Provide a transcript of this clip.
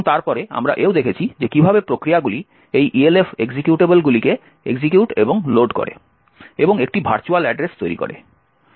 এবং তারপরে আমরা এও দেখেছি যে কীভাবে প্রক্রিয়াগুলি এই ELF এক্সিকিউটেবলগুলিকে এক্সিকিউট এবং লোড করে এবং একটি ভার্চুয়াল অ্যাড্রেস তৈরি করে